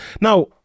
Now